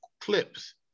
clips